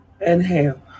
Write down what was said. Inhale